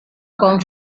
con